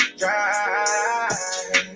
drive